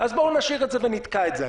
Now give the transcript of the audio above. אז בואו נשאיר את זה ונתקע את זה.